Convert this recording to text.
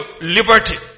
liberty